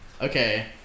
Okay